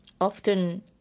often